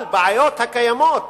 אבל הבעיות הקיימות,